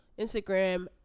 Instagram